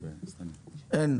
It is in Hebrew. אין.